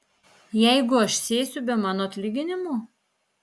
jeigu aš sėsiu be mano atlyginimo